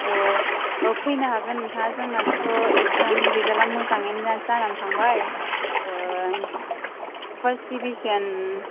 औ फैनो हागोन नोंथांआ जोंनाथ' इकजाम नि रिजालथ आ मोजांयैनो जाना थांबाय फार्स दिबिसन